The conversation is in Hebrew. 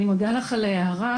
אני מודה לך על ההערה,